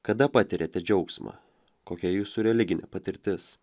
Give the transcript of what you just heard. kada patiriate džiaugsmą kokia jūsų religinė patirtis